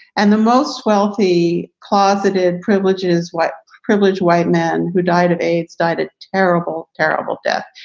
and the most wealthy, closeted privileges, white privilege, white men who died of aids died a terrible, terrible death.